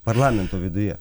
parlamento viduje